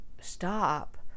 stop